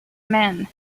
mean